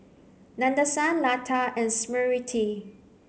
Nadesan Lata and Smriti